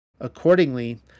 Accordingly